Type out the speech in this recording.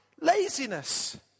laziness